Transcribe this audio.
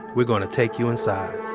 we're gonna take you inside.